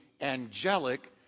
angelic